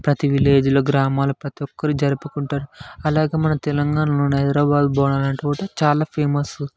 ప్రతీ విలేజ్ గ్రామాలూ ప్రతి ఒక్కరూ జరుపుకుంటారు మన తెలంగాణలో హైదరాబాద్ బోనాలు అంటే చాలా ఫేమస్